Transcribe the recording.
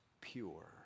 pure